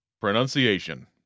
Pronunciation